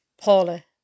Paula